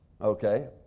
okay